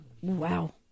Wow